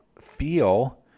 feel